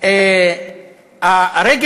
שבע דקות?